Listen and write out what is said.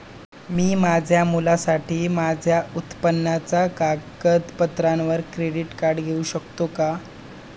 मी माझ्या मुलासाठी माझ्या उत्पन्नाच्या कागदपत्रांवर क्रेडिट कार्ड घेऊ शकतो का?